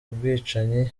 bwicanyi